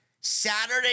Saturday